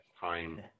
time